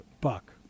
Buck